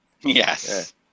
Yes